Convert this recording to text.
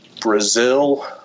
Brazil